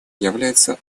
является